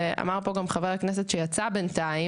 ואמר פה גם חבר הכנסת שיצא בינתיים,